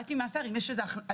ביקשתי מהשר אם יש איזה הפניות,